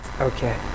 Okay